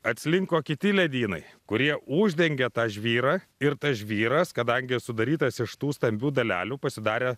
atslinko kiti ledynai kurie uždengė tą žvyrą ir tas žvyras kadangi sudarytas iš tų stambių dalelių pasidarė